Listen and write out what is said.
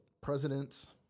presidents